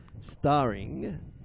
starring